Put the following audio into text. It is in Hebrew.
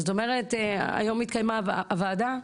זאת אומרת, היום התקיימה הוועדה,